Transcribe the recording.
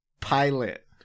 pilot